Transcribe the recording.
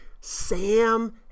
Sam